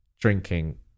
drinking